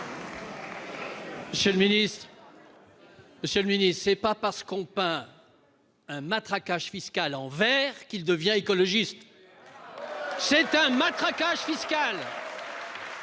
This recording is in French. Monsieur le ministre d'État, ce n'est pas parce que l'on peint un matraquage fiscal en vert qu'il devient écologiste ! Car c'est un matraquage fiscal !